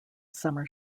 summer